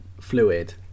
fluid